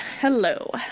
Hello